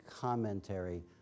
commentary